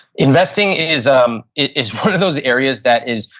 investing is um is one of those areas that is,